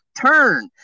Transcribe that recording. turn